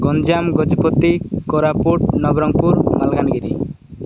Ganjam Gajapati Koraput Nabarangpur Malkangiri